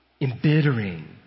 embittering